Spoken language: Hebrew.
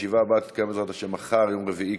12 בעד, ללא מתנגדים ונמנעים.